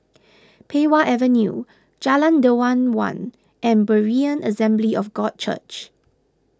Pei Wah Avenue Jalan Dermawan and Berean Assembly of God Church